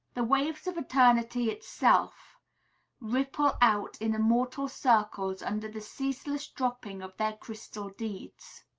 the waves of eternity itself ripple out in immortal circles under the ceaseless dropping of their crystal deeds.